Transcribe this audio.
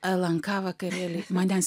lnk vakarėliai manęs